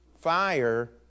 fire